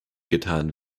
getan